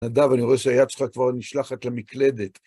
נדב, אני רואה שהיד שלך כבר נשלחת למקלדת.